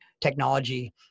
technology